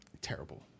terrible